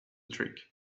trick